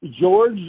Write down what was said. George